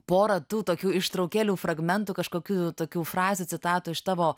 porą tų tokių ištraukėlių fragmentų kažkokių tokių frazių citatų iš tavo